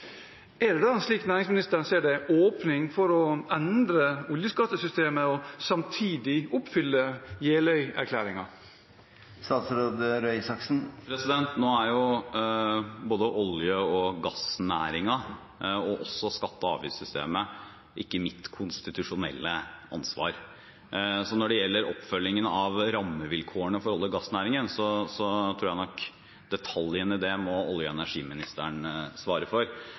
og samtidig oppfylle Jeløya-erklæringen? Nå er ikke olje- og gassnæringen, og heller ikke skatte- og avgiftssystemet, mitt konstitusjonelle ansvar. Når det gjelder oppfølgingen av rammevilkårene for olje- og gassnæringen, tror jeg nok at olje- og energiministeren må svare for detaljene i det. Men selvfølgelig må olje- og gassnæringen ha stabile rammevilkår. Dette er en kjempeviktig næring for